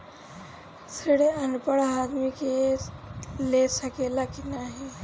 ऋण अनपढ़ आदमी ले सके ला की नाहीं?